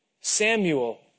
Samuel